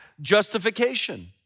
justification